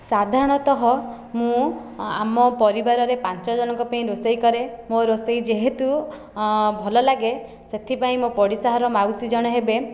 ସାଧାରଣତଃ ମୁଁ ଆମ ପରିବାରରେ ପାଞ୍ଚ ଜଣଙ୍କ ପାଇଁ ରୋଷେଇ କରେ ମୋ ରୋଷେଇ ଯେହେତୁ ଭଲ ଲାଗେ ସେଥିପାଇଁ ମୋ ପଡ଼ିଶା ଘର ମାଉସୀ ଜଣେ ହେବେ